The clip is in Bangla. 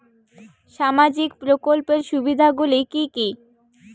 সামাজিক প্রকল্পের সুবিধাগুলি কি কি?